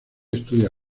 estudia